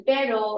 Pero